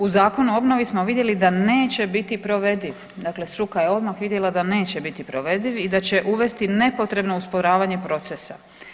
U Zakonu o obnovi smo vidjeli da neće biti provediv, dakle struka je odmah vidjela da neće biti provediv i da će uvesti nepotrebno usporavanje procesa.